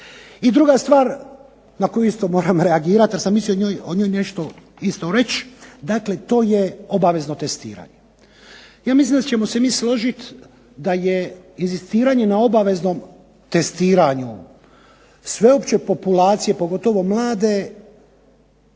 I druga stvar na koju isto moram reagirati jer sam mislio o njoj nešto isto reći. Dakle, to je obavezno testiranje. Ja mislim da ćemo se mi složiti da je inzistiranje na obaveznom testiranju sveopće populacije pogotovo mlade